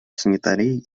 санитарии